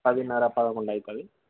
పదిన్నర పదకొండు అవుతుంది